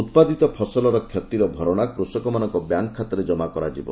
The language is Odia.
ଉତ୍ପାଦିତ ଫସଲର କ୍ଷତିର ଭରଣା କୂଷକମାନଙ୍କ ବ୍ୟାଙ୍କ୍ ଖାତାରେ ଜମା କରାଯିବ